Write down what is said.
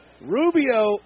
Rubio